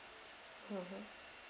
mmhmm